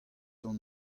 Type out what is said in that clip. hon